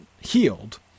healed